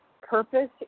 purpose